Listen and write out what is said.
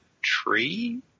tree